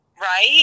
Right